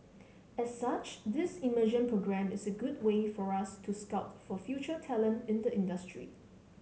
as such this immersion programme is a good way for us to scout for future talent in the industry